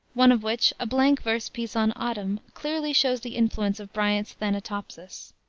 one of which, a blank verse piece on autumn, clearly shows the influence of bryant's thanatopsis.